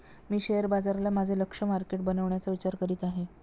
मी share बाजाराला माझे लक्ष्य मार्केट बनवण्याचा विचार करत आहे